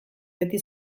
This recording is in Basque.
beti